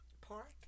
park